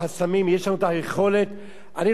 אני רוצה לדבר על מדינות ערב, שיש שם.